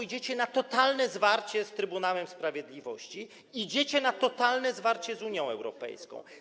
Idziecie na totalne zwarcie z Trybunałem Sprawiedliwości, idziecie na totalne zwarcie z Unią Europejską.